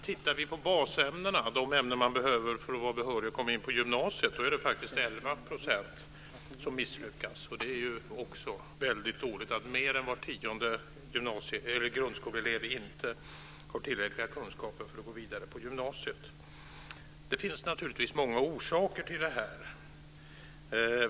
Tittar vi på basämnena - de ämnen man behöver för att vara behörig för att komma in på gymnasiet - ser vi att det faktiskt är 11 % som misslyckas. Det är väldigt dåligt att mer än var tionde grundskoleelev inte har tillräckliga kunskaper för att gå vidare till gymnasiet. Det finns naturligtvis många orsaker till det här.